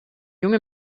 junge